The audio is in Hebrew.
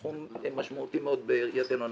תחום משמעותי מאוד בראייתנו אנחנו.